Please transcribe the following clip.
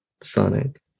Sonic